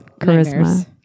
charisma